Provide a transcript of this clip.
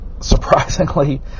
surprisingly